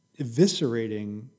eviscerating